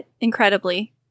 incredibly